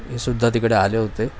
हे सुद्धा तिकडे आले होते